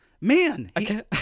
man